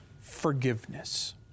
forgiveness